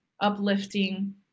uplifting